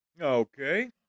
Okay